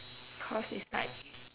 because is like